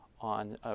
on